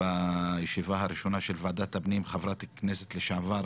בישיבה הראשונה של ועדת הפנים, חברת הכנסת לשעבר